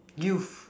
youth